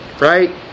Right